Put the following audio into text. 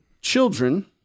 Children